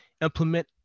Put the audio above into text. implement